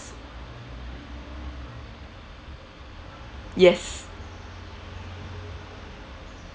yes